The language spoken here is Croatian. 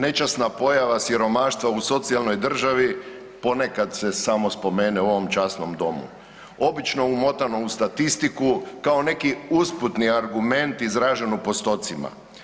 Nečasna pojava siromaštva u socijalnoj državi ponekad se samo spomene u ovom časnom domu, obično umotano u statistiku kao neki usputni argument izražen u postotcima.